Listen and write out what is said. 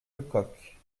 lecoq